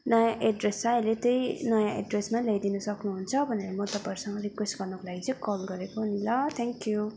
नयाँ एड्रेस छ अहिले त्यही नयाँ एड्रेसमै ल्याइदिनु सक्नुहुन्छ भनेर म तपाईँहरूसँग रिक्वेस्ट गर्नको लागि चाहिँ कल गरेको नि ल थ्याङ्कयू